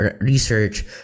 research